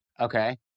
Okay